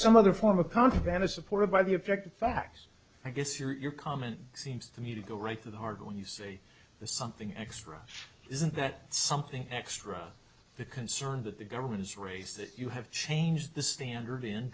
some other form of contraband is supported by the objective facts i guess your comment seems to me to go right to the hard when you say the something extra isn't that something extra the concern that the government is raise that you have changed the standard in